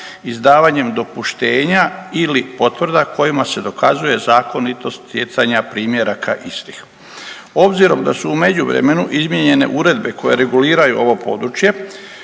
izdavanjem dopuštenja ili potvrda kojima se dokazuje zakonitost stjecanja primjeraka istih. Obzirom da su u međuvremenu izmijenjene uredbe koje reguliraju ovo područje